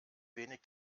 wenig